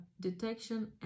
detection